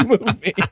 movie